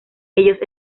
ellos